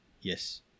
Yes